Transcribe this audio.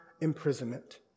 imprisonment